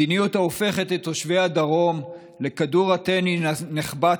מדיניות ההופכת את תושבי הדרום לכדור הטניס הנחבט